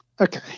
Okay